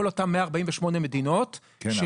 כל אותם 148 מדינות --- כן,